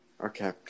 Okay